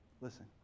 Listen